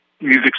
music